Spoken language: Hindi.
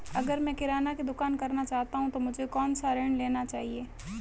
अगर मैं किराना की दुकान करना चाहता हूं तो मुझे कौनसा ऋण लेना चाहिए?